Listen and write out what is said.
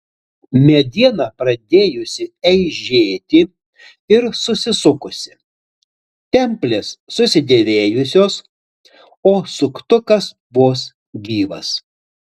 mediena pradėjusi eižėti ir susisukusi templės susidėvėjusios o suktukas vos gyvas